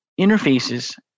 interfaces